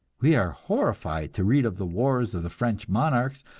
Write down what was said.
we are horrified to read of the wars of the french monarchs,